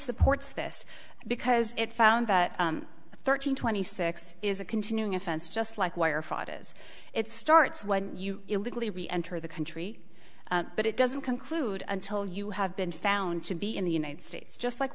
supports this because it found that thirteen twenty six is a continuing offense just like wire fraud is it starts when you illegally re enter the country but it doesn't include until you have been found to be in the united states just like